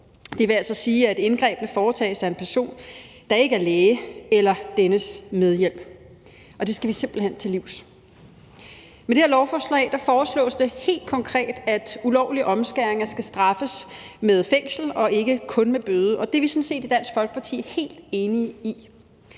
Det vil altså sige, at indgrebet foretages af en person, der ikke er læge eller dennes medhjælp, og det skal vi simpelt hen til livs. Med det her lovforslag foreslås det helt konkret, at ulovlige omskæringer skal straffes med fængsel og ikke kun med bøde, og det er vi i Dansk Folkeparti sådan set helt enige i.